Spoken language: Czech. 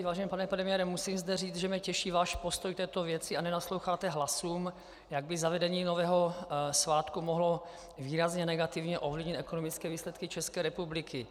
Vážený pane premiére, musím říci, že mě těší váš postoj k této věci a že nenasloucháte hlasům, jak by zavedení nového svátku mohlo výrazně negativně ovlivnit ekonomické výsledky České republiky.